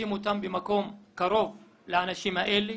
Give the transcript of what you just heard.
לשים אותם במקום קרוב לאנשים האלה,